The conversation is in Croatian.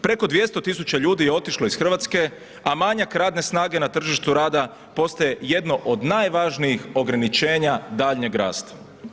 Preko 200 tisuća ljudi je otišlo iz Hrvatske, a manjak radne snage na tržištu rada, postaje jedno od najvažnijeg ograničenja daljnjeg rasta.